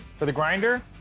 for the grinder,